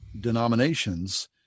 denominations